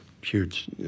huge